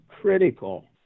critical